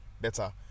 better